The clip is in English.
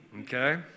okay